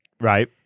Right